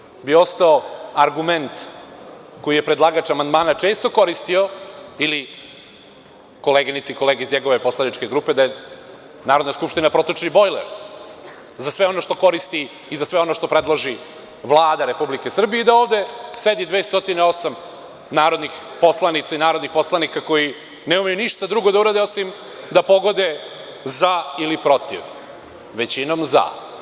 U suprotnom bi ostao argument koji je predlagač amandmana često koristio ili koleginice i kolege iz njegove poslaničke grupe, da je Narodna skupština protočni bojler za sve ono što koristi i za sve ono što predloži Vlada Republike Srbije i da ovde sedi 208 narodnih poslanica i narodnih poslanika koji ne umeju ništa drugo da uradi osim da pogode „za“ ili „protiv“, većinom „za“